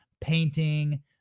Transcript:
painting